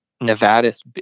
nevada's